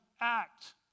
act